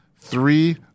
three